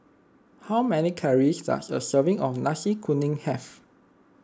how many calories does a serving of Nasi Kuning have